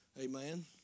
Amen